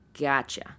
Gotcha